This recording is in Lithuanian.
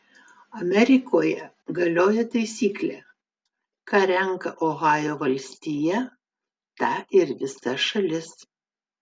amerikoje galioja taisyklė ką renka ohajo valstija tą ir visa šalis